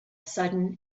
sudden